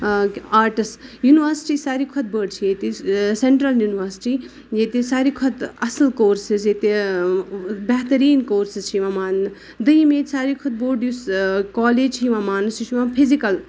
arts university ساروی کھۄتہٕ بٔڑ چھِ ییٚتہِ سینٹرل ینورسٹی ییٚتہِ ساروی کھۄتہٕ اَصٕل کورسِز ییٚتہِ بہتٔریٖن کورسِز چھِ یِوان ماننہٕ دوٚیِم ییٚتہِ ساروی کھۄتہٕ بوٚڑ یُس کالج چھِ یِوان ماننہٕ سُہ چھُ یِوان فِزِکل